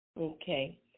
Okay